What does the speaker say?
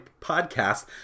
podcast